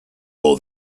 all